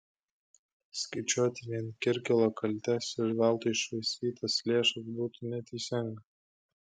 skaičiuoti vien kirkilo kaltes ir veltui iššvaistytas lėšas būtų neteisinga